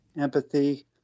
empathy